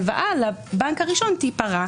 שההלוואה לבנק הראשון תיפרע.